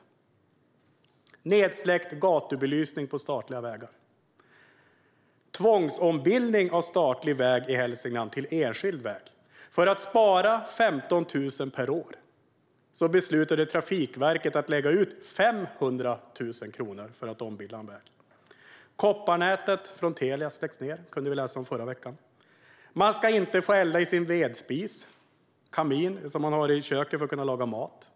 Jag tror att det beror på nedsläckt gatubelysning på statliga vägar och på tvångsombildning av statlig väg i Hälsingland till enskild väg. För att spara 15 000 per år beslutade Trafikverket att lägga ut 500 000 kronor för att ombilda en väg. Jag tror att det beror på att Telias kopparnät släcks ned, vilket vi kunde läsa om i förra veckan, och det senaste påfundet att man inte ska få elda i sin vedspis som man har i köket för att kunna laga mat.